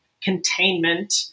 containment